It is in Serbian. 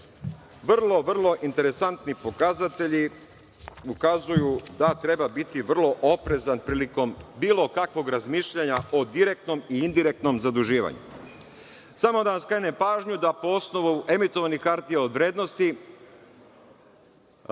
Vrlo, vrlo, interesantni pokazatelji ukazuju da treba biti vrlo oprezan prilikom bilo kakvog razmišljanja o direktnom i indirektnom zaduživanju. Samo da vam skrenem pažnju da po osnovu emitovanih hartija od vrednosti